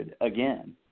again